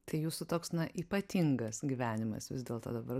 tai jūsų toks ypatingas gyvenimas vis dėlto dabar